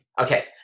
Okay